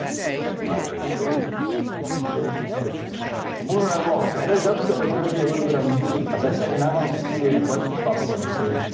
much like my a-series in steel, but a two-tone. moving right along. so, today's episode is gonna be a little bit unusual. as i said, you're not gonna and see any questions pop up on the screen.